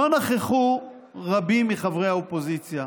לא נכחו רבים מחברי האופוזיציה.